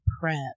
prep